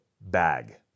bag